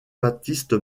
baptiste